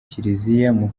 kiliziya